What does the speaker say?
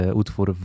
utwór